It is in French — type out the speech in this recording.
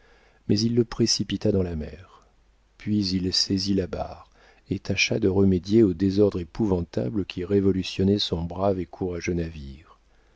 mais il le précipita dans la mer puis il saisit la barre et tâcha de remédier au désordre épouvantable qui révolutionnait son brave et courageux